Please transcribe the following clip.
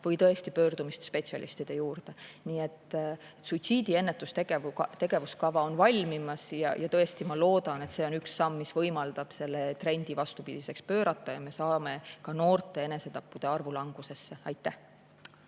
või tõesti pöördumist spetsialistide juurde. Nii et suitsiidiennetuse tegevuskava on valmimas ja ma loodan, et see on üks samm, mis võimaldab selle trendi vastupidiseks pöörata, ja me saame ka noorte enesetappude arvu langusesse. Kristina